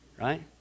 right